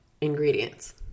ingredients